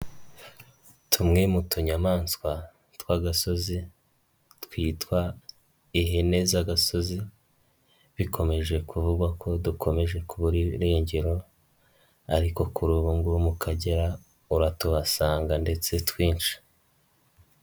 Tumwe mu tunyamaswa tw'agasozi twitwa ihene z'agasozi bikomeje kuvugwa ko dukomeje kubura irengero ariko kuri ubu ngubu mu Kagera uratuhasanga ndetse twinshi.